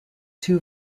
two